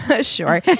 Sure